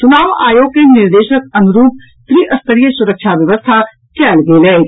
चुनाव आयोग के निर्देशक अनुरूप त्रिस्तरीय सुरक्षा व्यवस्था कयल गेल अछि